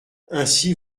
ainsi